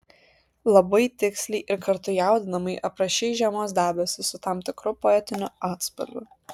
labai tiksliai ir kartu jaudinamai aprašei žiemos debesis su tam tikru poetiniu atspalviu